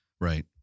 Right